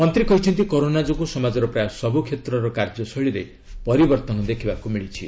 ମନ୍ତ୍ରୀ କହିଛନ୍ତି କରୋନା ଯୋଗୁଁ ସମାଜର ପ୍ରାୟ ସବୁ କ୍ଷେତ୍ରର କାର୍ଯ୍ୟ ଶୈଳୀରେ ପରିବର୍ତ୍ତନ ଦେଖିବାକୁ ମିଳିଛି